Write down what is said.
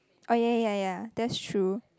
oh ya ya ya that's true